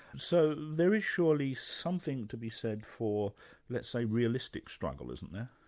so there is surely something to be said for let's say, realistic struggle, isn't there?